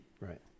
Right